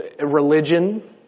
religion